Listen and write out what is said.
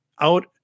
out